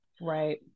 right